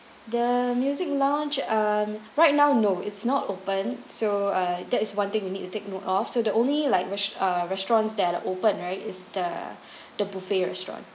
the music lounge err right now no it's not open so err that is one thing you need to take note of so the only like res~ restaurants that are open right is the the buffet restaurant